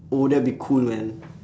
oh that'll be cool man